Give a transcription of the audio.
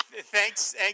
thanks